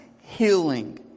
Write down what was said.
healing